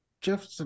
Jeff